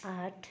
आठ